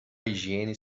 higiene